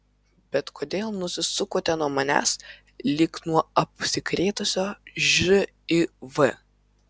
bet kodėl nusisukote nuo manęs lyg nuo apsikrėtusio živ